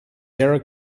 sara